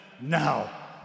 now